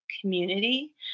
community